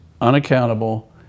unaccountable